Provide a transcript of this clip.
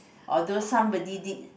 although somebody did